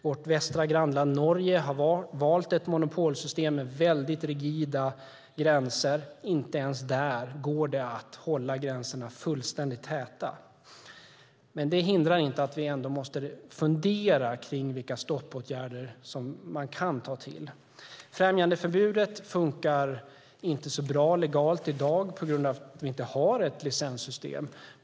Vårt västra grannland, Norge, har valt ett monopolsystem med väldigt rigida gränser. Inte ens där går det att hålla gränserna fullständigt täta. Det hindrar inte att vi måste fundera på vilka stoppåtgärder man kan ta till. Främjandeförbudet fungerar inte så bra legalt i dag eftersom vi inte har ett licenssystem.